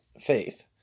faith